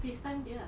this time date lah